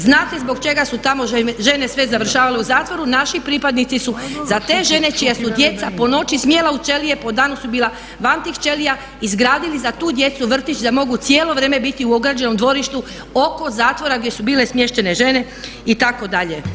Znate zbog čega su tamo žene sve završavale u zatvoru, naši pripadnici su za te žene čija su djeca smjela u ćelije, po danu su bila van tih ćelija izgradili za tu djecu vrtić da mogu cijelo vrijeme biti u ograđenom dvorištu oko zatvora gdje su bile smještene žene itd.